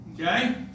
Okay